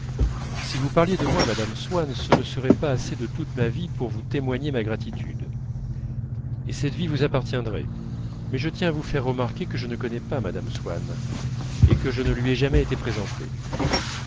si vous parliez de moi à mme swann ce ne serait pas assez de toute ma vie pour vous témoigner ma gratitude et cette vie vous appartiendrait mais je tiens à vous faire remarquer que je ne connais pas mme swann et que je ne lui ai jamais été présenté